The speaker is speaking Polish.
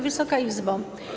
Wysoka Izbo!